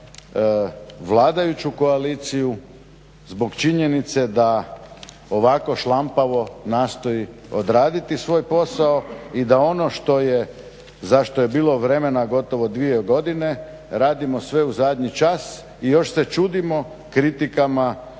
rasprava vladajuću koaliciju zbog činjenice da ovako šlampavo nastoji odraditi svoj posao i da ono za što je bilo vremena gotovo dvije godine radimo sve u zadnji čas i još se čudimo kritikama,